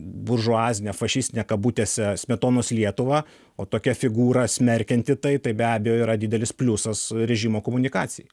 buržuazinę fašistinę kabutėse smetonos lietuvą o tokia figūra smerkianti tai tai be abejo yra didelis pliusas režimo komunikacijai